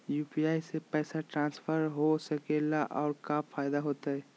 UPI से पैसा transfer कैसे हो सके ला और का फायदा होएत?